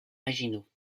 maginot